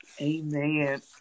Amen